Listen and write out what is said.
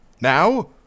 Now